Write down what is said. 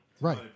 Right